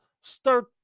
start